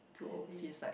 I see